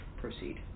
Proceed